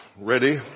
ready